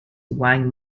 wang